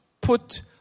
put